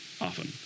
often